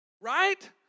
Right